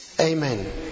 Amen